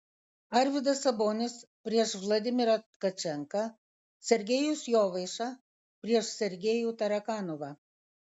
arvydas sabonis prieš vladimirą tkačenką sergejus jovaiša prieš sergejų tarakanovą